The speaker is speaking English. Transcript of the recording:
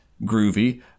Groovy